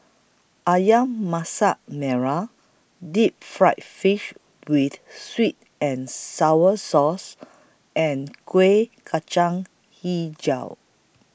Ayam Masak Merah Deep Fried Fish with Sweet and Sour Sauce and Kueh Kacang Hijau